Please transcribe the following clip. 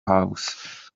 house